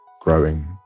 growing